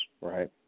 right